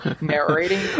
narrating